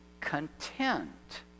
content